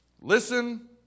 Listen